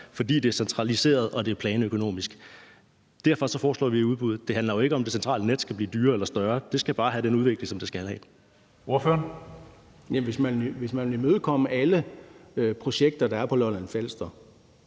fordi det er centraliseret og det er planøkonomisk. Derfor foreslår vi udbuddet. Det handler jo ikke om, at det centrale net skal blive dyrere eller større; det skal bare have den udvikling, som det skal have. Kl. 14:45 Tredje næstformand (Karsten